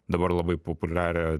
dabar labai populiarią